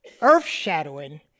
earth-shadowing